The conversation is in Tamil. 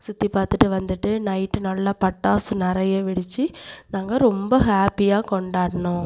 சுற்றி பாத்துவிட்டு வந்துவிட்டு நைட்டு நல்லா பட்டாசு நிறைய வெடிச்சு நாங்கள் ரொம்ப ஹேப்பியாக கொண்டாடினோம்